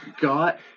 Got